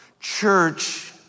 Church